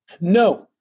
No